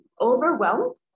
overwhelmed